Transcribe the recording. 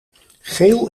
geel